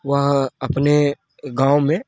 वह अपने गाँव में